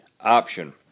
option